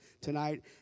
tonight